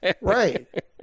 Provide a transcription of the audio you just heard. Right